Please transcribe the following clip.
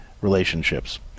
relationships